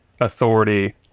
authority